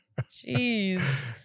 Jeez